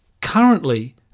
Currently